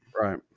Right